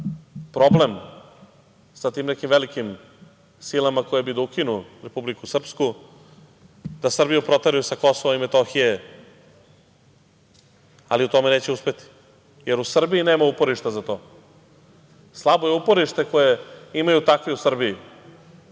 problem sa tim nekim velikim silama koje bi da ukinu Republiku Srpsku, da Srbiju proteraju sa Kosova i Metohije, ali u tome neće uspeti, jer u Srbiji nema uporišta za to. Slabo je uporište koje imaju takvi u Srbiji,